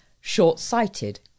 short-sighted